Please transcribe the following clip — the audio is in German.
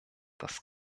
das